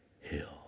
hill